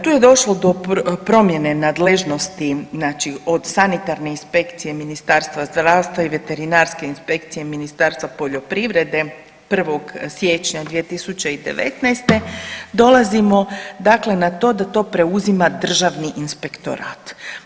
Tu je došlo do promjene nadležnosti, znači od sanitarne inspekcije Ministarstva zdravstva i veterinarske inspekcije Ministarstva poljoprivrede, 1. siječnja 2019. dolazimo dakle na to da to preuzima Državni inspektorat.